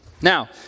Now